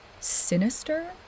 sinister